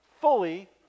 fully